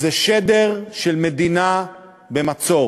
זה שדר של מדינה במצור.